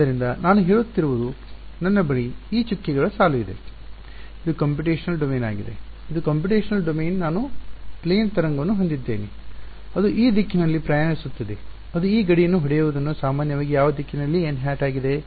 ಆದ್ದರಿಂದ ನಾನು ಹೇಳುತ್ತಿರುವುದು ನನ್ನ ಬಳಿ ಈ ಚುಕ್ಕೆಗಳ ಸಾಲು ಇದೆ ಇದು ಕಂಪ್ಯೂಟೇಶನಲ್ ಡೊಮೇನ್ ಆಗಿದೆ ಇದು ಕಂಪ್ಯೂಟೇಶನಲ್ ಡೊಮೇನ್ ನಾನು ಪ್ಲೇನ್ ತರಂಗವನ್ನು ಹೊಂದಿದ್ದೇನೆ ಅದು ಈ ದಿಕ್ಕಿನಲ್ಲಿ ಪ್ರಯಾಣಿಸುತ್ತಿದೆ ಅದು ಗಡಿಯನ್ನು ಹೊಡೆಯುವುದನ್ನು ಸಾಮಾನ್ಯವಾಗಿ ಯಾವ ದಿಕ್ಕಿನಲ್ಲಿ n ಹ್ಯಾಟ್ ಆಗಿದೆ